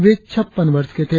वे छप्पन वर्ष के थे